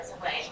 away